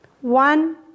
One